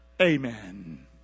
Amen